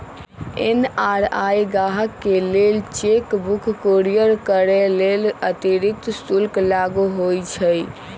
NRI गाहकके लेल cheque book courier करय लेल अतिरिक्त शुल्क लागू होइ छइ